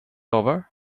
over